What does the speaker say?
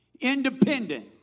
Independent